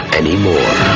anymore